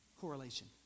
correlation